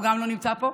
גם הוא לא נמצא פה.